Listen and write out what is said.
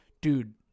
dude